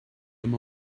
them